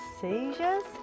seizures